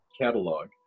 catalog